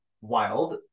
wild